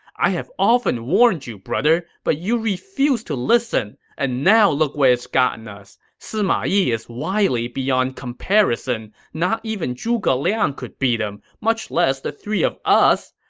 i have often warned you, brother, but you refused to listen. and now look where it's gotten us. sima yi is wiley beyond comparison not even zhuge liang could beat him, much less the three of us.